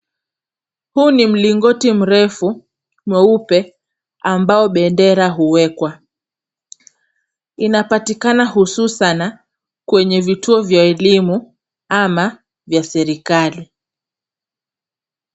Huu ni mlingoti mrefu mweupe ambao bendera huwekwa. Lina patikana hususan kwenye vituo vya elimu ama vya serikali.